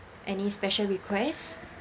any special request